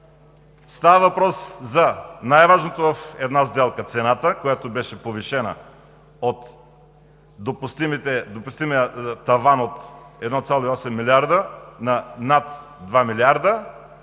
Става въпрос за най-важното в една сделка: цената, която беше повишена от допустимия таван от 1,8 милиарда на над 2 милиарда.